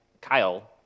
Kyle